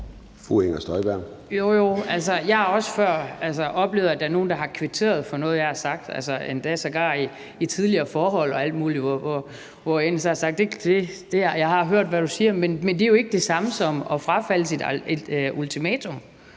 jeg har også før oplevet, at der er nogen, der har kvitteret for noget, jeg har sagt, endda sågar i tidligere forhold og alt muligt, hvor man siger: Jeg har hørt, hvad du siger. Men det er jo ikke det samme som at frafalde et ultimatum.